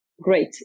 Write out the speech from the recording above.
great